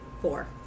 four